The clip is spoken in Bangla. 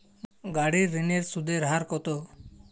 গাড়ির ঋণের সুদের হার কতো?